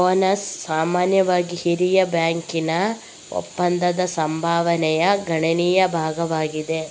bonus ಸಾಮಾನ್ಯವಾಗಿ ಹಿರಿಯ ಬ್ಯಾಂಕರ್ನ ಒಪ್ಪಂದದ ಸಂಭಾವನೆಯ ಗಣನೀಯ ಭಾಗವಾಗಿದೆ